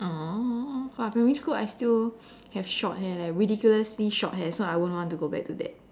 uh !wah! primary school I still have short hair leh ridiculously short hair so I won't want to go back to that